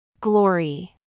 Glory